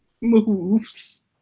moves